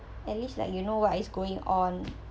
at least like you know what is going on